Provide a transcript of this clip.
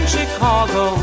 Chicago